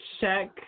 check